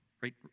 right